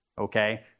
Okay